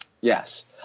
yes